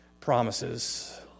promises